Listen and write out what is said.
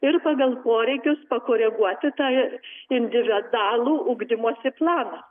ir pagal poreikius pakoreguoti tą individualų ugdymosi planą